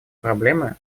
проблемы